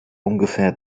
ungefähr